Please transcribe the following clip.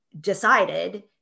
decided